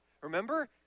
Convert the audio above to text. Remember